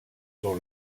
dans